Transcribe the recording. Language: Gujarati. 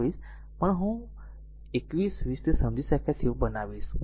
22 પણ હું 21 20 ને સમજી શકાય તેવું બનાવીશ